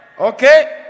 Okay